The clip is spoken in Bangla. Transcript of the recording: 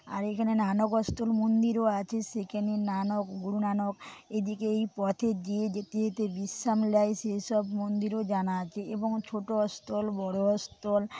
আর এখানে নানক মন্দিরও আছে সেখানে নানক গুরু নানক এদিকে এই পথ দিয়ে যেতে যেতে বিশ্রাম নেয় সেই সব মন্দিরও জানা আছে এবং ছোট অস্তল বড় অস্তল